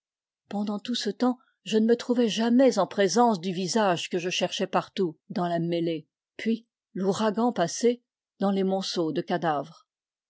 pendant tout ce temps je ne me trouvai jamais en présence du visage que je cherchais partout dans là mêlée puis l'ouragan passé dans les monceaux de cadavres